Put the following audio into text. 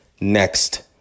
next